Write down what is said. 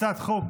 הצעת החוק